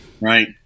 right